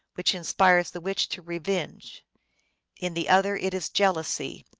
which inspires the witch to revenge in the other it is jealousy.